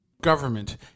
Government